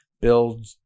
build